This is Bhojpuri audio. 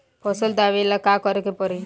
फसल दावेला का करे के परी?